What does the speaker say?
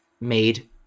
made